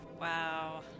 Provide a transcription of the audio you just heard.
wow